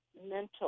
mental